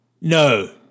No